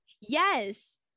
Yes